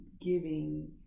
giving